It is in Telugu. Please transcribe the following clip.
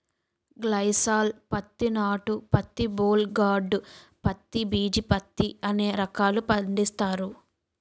గ్లైసాల్ పత్తి నాటు పత్తి బోల్ గార్డు పత్తి బిజీ పత్తి అనే రకాలు పండిస్తారు